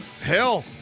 hell